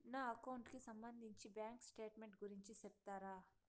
నా అకౌంట్ కి సంబంధించి బ్యాంకు స్టేట్మెంట్ గురించి సెప్తారా